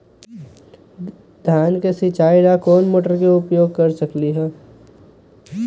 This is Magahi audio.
धान के सिचाई ला कोंन मोटर के उपयोग कर सकली ह?